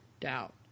doubt